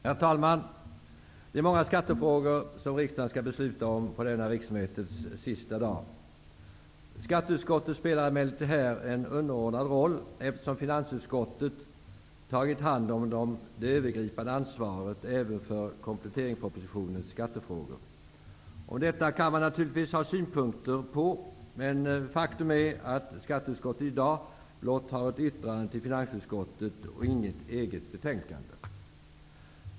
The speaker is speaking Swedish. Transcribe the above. Herr talman! Det är många skattefrågor som riksdagen skall besluta om på denna riksmötets sista dag. Skatteutskottet spelar emellertid här en underordnad roll, eftersom finansutskottet har tagit hand om det övergripande ansvaret även för kompletteringspropositionens skattefrågor. Det kan man naturligtvis ha synpunkter på. Men faktum är att skatteutskottet i dag blott har ett yttrande till finansutskottet och inget eget betänkande.